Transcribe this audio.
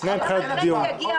גם מבחינת דיון.